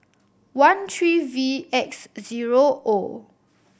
one three V X zero O